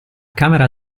camera